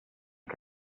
che